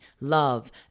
love